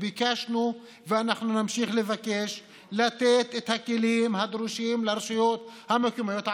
ביקשנו ונמשיך לבקש לתת את הכלים הדרושים לרשויות המקומיות הערביות.